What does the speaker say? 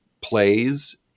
plays